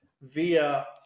via